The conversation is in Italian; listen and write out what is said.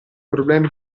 problemi